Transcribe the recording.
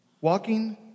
walking